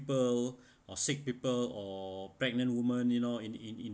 people or sick people or pregnant women you know in in in